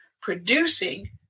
producing